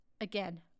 Again